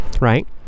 right